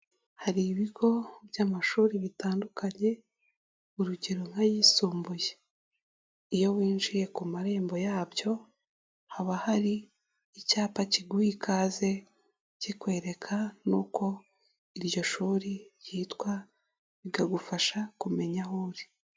Hari ibigo by'amashuri bitandukanye urugero nk'ayisumbuye, iyo winjiye ku marembo yabyo haba hari icyapa kiguha ikaze kikwereka n'uko iryo shuri ryitwa bikagufasha kumenya aho uri.